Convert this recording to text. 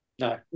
No